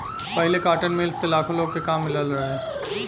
पहिले cotton mill से लाखो लोग के काम मिलल रहे